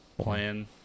plan